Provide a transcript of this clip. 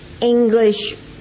English